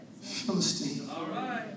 Philistine